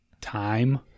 Time